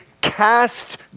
cast